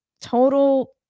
total